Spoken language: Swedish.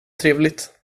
trevligt